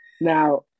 Now